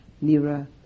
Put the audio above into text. nearer